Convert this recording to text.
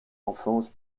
enfance